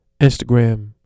instagram